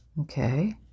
Okay